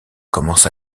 commence